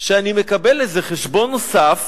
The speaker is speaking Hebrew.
שאני מקבל איזה חשבון נוסף